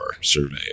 survey